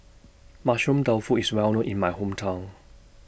Mushroom Tofu IS Well known in My Hometown